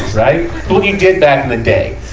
right. what we did back in the day,